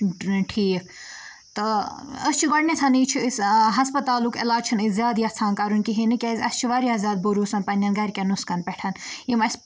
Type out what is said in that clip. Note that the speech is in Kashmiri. ٹھیٖک تہٕ أسۍ چھِ گۄڈنٮ۪تھ چھِ أسۍ ہَسپَتالُک علاج چھِنہٕ أس زیادٕ یَژھان کَرُن کِہیٖنٛۍ کیٛازِ اَسہِ چھُ واریاہ زیادٕ بروٗسہٕ پَنٕنٮ۪ن گَرِکٮ۪ن نُسخن پٮ۪ٹھ یِم اَسہِ